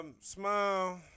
smile